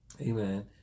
Amen